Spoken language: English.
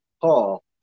Paul